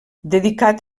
dedicat